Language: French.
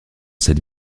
cette